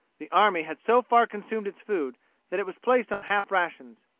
the army had so far consumed its food that it was placed on half rations.